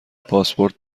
پاسپورت